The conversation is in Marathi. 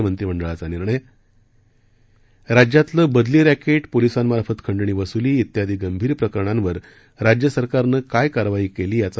मंत्रिमंडळाचा निर्णय राज्यातलं बदली रक्टि पोलिसांमार्फत खंडणी वसूली व्यादी गंभीर प्रकरणांवर राज्य सरकारनं काय कारवाई केली याचा